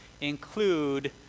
include